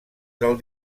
del